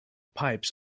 pipes